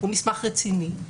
הוא מסמך רציני,